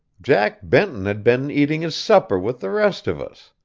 jack benton had been eating his supper with the rest of us.